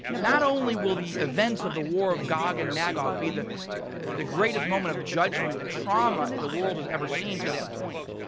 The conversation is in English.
not only will the events of the war of gog and magog be the the greatest moment of judgment and trauma the world has ever seen to that point.